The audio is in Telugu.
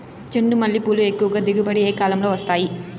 చెండుమల్లి పూలు ఎక్కువగా దిగుబడి ఏ కాలంలో వస్తాయి